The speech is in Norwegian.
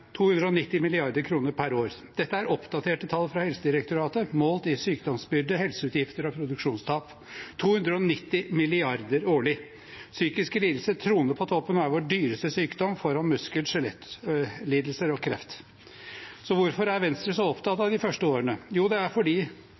290 mrd. kr per år. Dette er oppdaterte tall fra Helsedirektoratet målt i sykdomsbyrde, helseutgifter og produksjonstap. 290 milliarder årlig! Psykiske sykdommer troner på toppen og er vår dyreste sykdom, foran muskel- og skjelettlidelser og kreft. Så hvorfor er Venstre så opptatt av de første årene? Jo, det er fordi